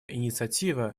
инициатива